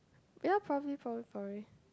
ya probably probably probably